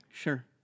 Sure